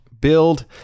build